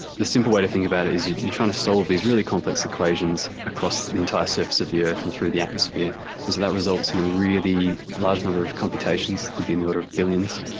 the simple way to think about it is you're trying to solve these really complex equations across the entire surface of the earth and through the atmosphere, and so that results in a really large number of computations, it could be in the order of billions,